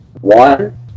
one